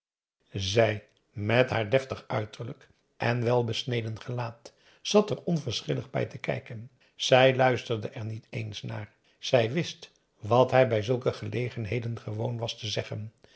zij met haar deftig uiterlijk en welbesneden gelaat zat er onverschillig bij te kijken zij luisterde er niet eens naar zij wist wat hij bij zulke gelegenheden gewoon was te zeggen